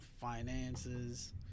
finances